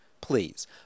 Please